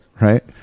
Right